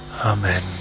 Amen